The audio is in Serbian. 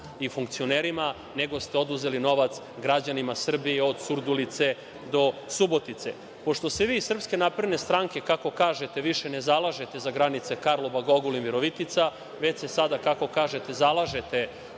i funkcionerima, nego ste oduzeli novac građanima Srbije od Surdulice do Subotice. Pošto se vi iz SNS, kako kažete, više ne zalažete za granice Karlobag-Ogulin-Virovitica, već se sada, kako kažete, zalažete